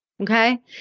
Okay